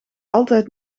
altijd